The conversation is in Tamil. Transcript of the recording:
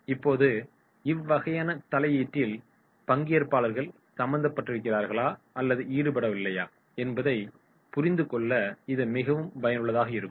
இப்போது இவ்வகையான தலையீட்டில் பங்கேற்பாளர்கள் சம்பந்தப்பட்டிருக்கிறார்களா அல்லது ஈடுபடவில்லையா என்பதைப் புரிந்துகொள்ள இது மிகவும் பயனுள்ளதாக இருக்கும்